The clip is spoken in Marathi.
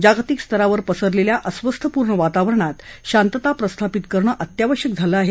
जागतिक स्तरावर पसरलेल्या अस्वस्थपूर्ण वातावरणात शांतता प्रस्थापित करणं अत्यावश्यक झालं आहे